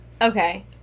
Okay